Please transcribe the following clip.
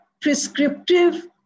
prescriptive